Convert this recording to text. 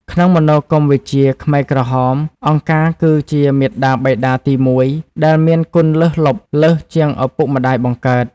ក្នុងមនោគមវិជ្ជាខ្មែរក្រហម អង្គការគឺជាមាតាបិតាទីមួយ ដែលមានគុណលើសលប់លើសជាងឪពុកម្ដាយបង្កើត។